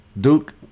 Duke